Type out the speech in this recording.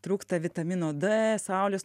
trūksta vitamino d saulės